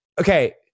okay